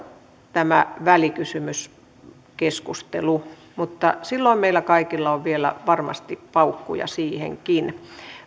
tämä välikysymyskeskustelu mutta silloin meillä kaikilla on vielä varmasti paukkuja siihenkin